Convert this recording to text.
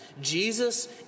Jesus